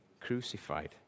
crucified